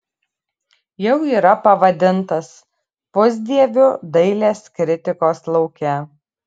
jau yra pavadintas pusdieviu dailės kritikos lauke